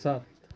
सात